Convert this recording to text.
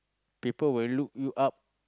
people will look you up